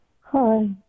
Hi